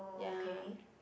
ya